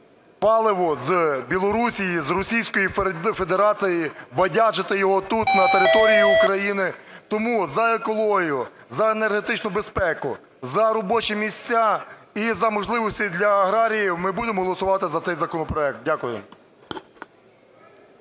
паливо з Білорусі, з Російської Федерації, "бадяжити" його тут, на території України. Тому за екологію, за енергетичну безпеку, за робочі місця і за можливості для аграріїв, ми будемо голосувати за цей законопроект. Дякую.